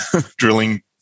drilling